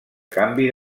canvi